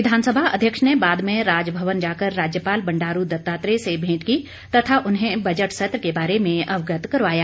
विधानसभा अध्यक्ष ने बाद में राजभवन जाकर राज्यपाल बंडारू दत्तात्रेय से मेंट की तथा उन्हें बजट सत्र के बारे में अवगत करवाया